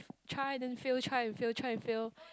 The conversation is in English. try then fail try and fail try and fail